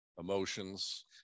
emotions